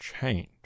change